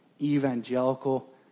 evangelical